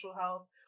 health